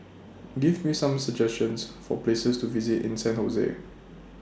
Give Me Some suggestions For Places to visit in San Jose